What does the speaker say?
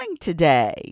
today